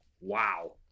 Wow